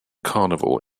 carnival